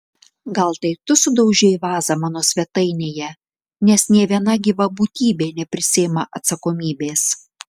gal tai tu sudaužei vazą mano svetainėje nes nė viena gyva būtybė neprisiima atsakomybės